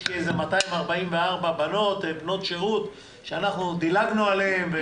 כ-244 בנות שירות שאנחנו דילגנו עליהן.